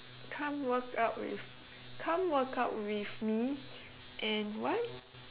come workout with come workout with me and what